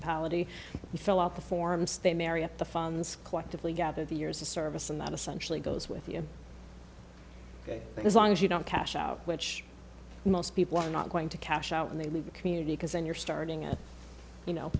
you fill out the forms they marry up the funds collectively gather the years of service and that essentially goes with you ok as long as you don't cash out which most people are not going to cash out when they leave the community because when you're starting out you know